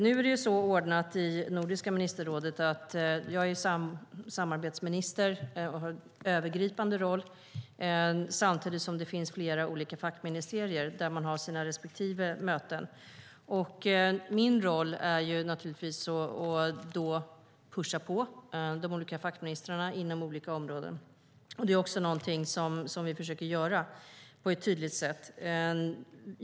Nu är det så ordnat i Nordiska ministerrådet att jag är samarbetsminister och jag har en övergripande roll. Samtidigt finns det flera olika fackministerier med sina respektive möten. Min roll är naturligtvis att pusha på de olika fackministrarna inom olika områden. Det är också något som jag försöker göra på ett tydligt sätt.